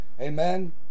Amen